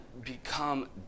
become